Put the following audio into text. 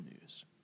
news